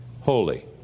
holy